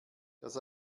das